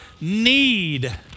need